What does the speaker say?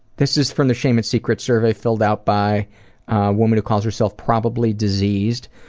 this is from the shame and secrets survey, filled out by a woman who calls herself probably diseased.